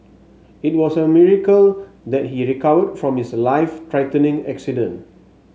it was a miracle that he recovered from his life threatening accident